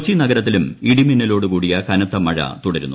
കൊച്ചി നഗരത്തിലും ഇടിമിന്നലോടുകൂടിയ കനത്ത മഴ തുടരുന്നു